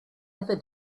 ever